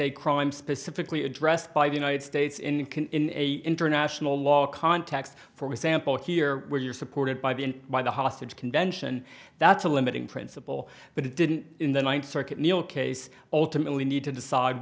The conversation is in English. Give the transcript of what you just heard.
a crime specifically addressed by the united states in international law context for example here where you're supported by the by the hostage convention that's a limiting principle but it didn't in the ninth circuit neal case ultimately need to decide